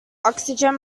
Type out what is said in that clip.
oxygen